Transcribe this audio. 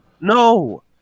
No